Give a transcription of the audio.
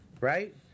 right